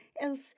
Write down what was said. else